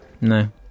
No